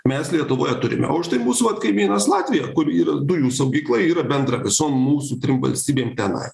mes lietuvoje turime o štai mūsų vat kaimynas latvija kur yra dujų saugykla yra bendra visom mūsų trim valstybėm tenai